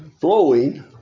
flowing